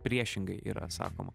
priešingai yra sakoma